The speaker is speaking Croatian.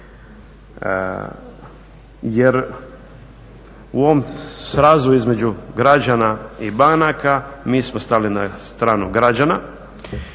Jer u ovom srazu između građana i banaka mi smo stali na stranu građana,